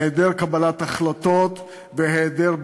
היעדר קבלת החלטות והיעדר ביצוע.